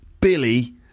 Billy